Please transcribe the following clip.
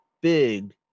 big